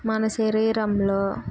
మన శరీరంలో